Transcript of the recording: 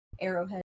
arrowhead